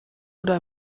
oder